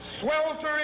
sweltering